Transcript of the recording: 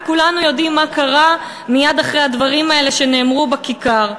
וכולנו יודעים מה קרה מיד אחרי הדברים האלה שנאמרו בכיכר.